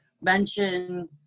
mention